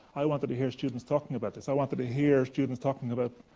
i wanted to hear students talking about this. i wanted to hear students talking about